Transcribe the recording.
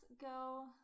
go